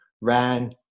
ran